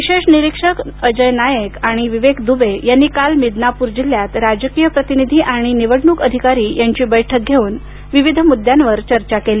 विशेष निरीक्षक अजय नाएक आणि विवेक दुबे यांनी काल मिदनापूर जिल्ह्यात राजकीय प्रतिनिधी आणि निवडणूक अधिकारी यांची बैठक घेऊन विविध मुद्द्यांवर चर्चा केली